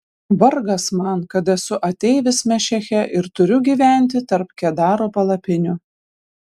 vargas man kad esu ateivis mešeche ir turiu gyventi tarp kedaro palapinių